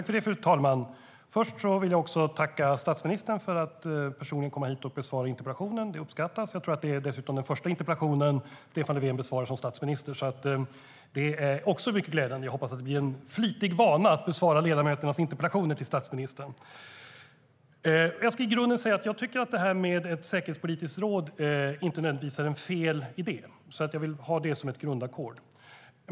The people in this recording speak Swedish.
Fru talman! Först vill jag tacka statsministern för att han personligen kommer hit och besvarar interpellationen. Det uppskattas. Jag tror dessutom att det är den första interpellation han besvarar som statsminister. Det är också glädjande, och jag hoppas att det blir en flitig vana för statsministern att besvara ledamöternas interpellationer. Jag ska säga att jag i grunden inte nödvändigtvis tycker att detta med ett säkerhetspolitiskt råd är en felaktig idé. Jag vill ha detta som ett grundackord.